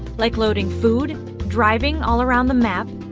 like loading food, driving all around the map,